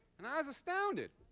and i was astounded.